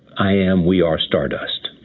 i am, we are, stardust.